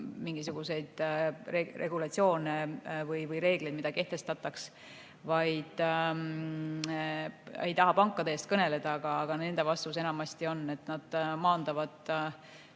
mingisuguseid regulatsioone või reegleid, mida kuidagi kehtestataks. Ma ei taha pankade eest kõneleda, aga nende vastus enamasti on, et nad maandavad